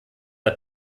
der